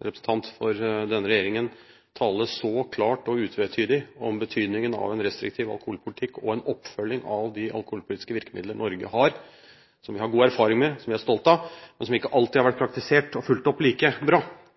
representant for denne regjeringen tale så klart og utvetydig om betydningen av en restriktiv alkoholpolitikk og om en oppfølging av de alkoholpolitiske virkemidlene Norge har, som vi har god erfaring med, og som vi er stolte av, men som ikke alltid har vært praktisert og fulgt opp like bra,